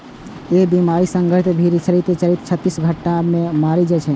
एहि बीमारी सं ग्रसित भेड़ चरिते चरिते छत्तीस घंटा मे मरि जाइ छै